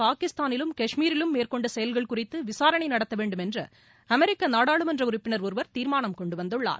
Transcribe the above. பாகிஸ்தானிலும் காஷ்மீரிலும் மேற்கொண்ட செயல்கள் குறித்து விசாரணை நடத்த வேண்டும் என்று அமெரிக்க நாடாளுமன்ற உறுப்பினர் ஒருவர் தீர்மானம் கொண்டு வந்துள்ளார்